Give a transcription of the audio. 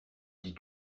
dis